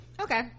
okay